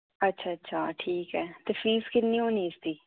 अच्छा अच्छा ठीक ऐ ते फीस किन्नी होनी इसदी